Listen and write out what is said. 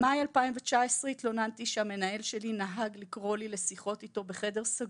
במאי 2019 התלוננתי שהמנהל שלי נהג לקרוא לי לשיחות איתו בחדר סגור,